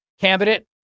candidate